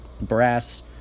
brass